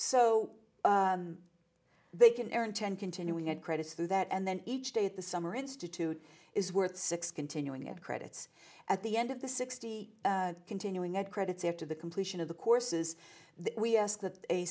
so they can earn ten continuing end credits through that and then each day at the summer institute is worth six continuing it credits at the end of the sixty continuing ed credits after the completion of the courses we ask